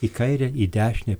į kairę į dešinę